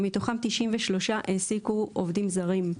ומתוכם 93 העסיקו עובדים זרים.